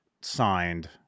signed